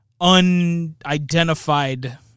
unidentified